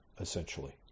essentially